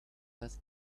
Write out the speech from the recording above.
that